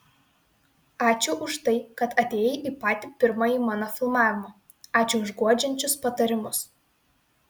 ačiū už tai kad atėjai į patį pirmąjį mano filmavimą ačiū už guodžiančius patarimus